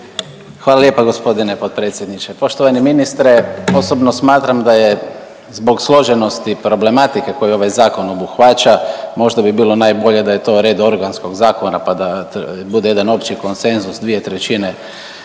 Hvala lijepa g. potpredsjedniče. Poštovani ministre, osobno smatram da je zbog složenosti i problematike koju ovaj zakon obuhvaća možda bi bilo najbolje da je to red organskog zakona pa da bude jedan opći konsenzus dvije trećine